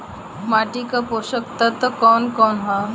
माटी क पोषक तत्व कवन कवन ह?